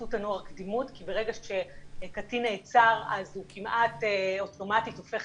בחסות הנוער קדימות כי ברגע שקטין נעצר אז הוא כמעט אוטומטית הופך